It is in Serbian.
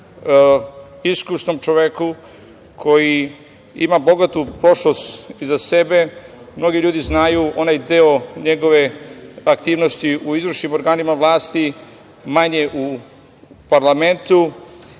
iskusnom čoveku koji ima bogatu prošlost iza sebe. Mnogi ljudi znaju onaj deo njegove aktivnosti u izvršnim organima vlasti, manje u parlamentu.